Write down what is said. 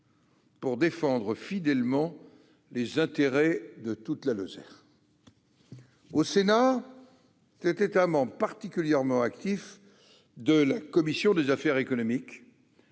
pour défendre fidèlement les intérêts de toute la Lozère ». Au Sénat, c'était un membre particulièrement actif de la commission des affaires économiques,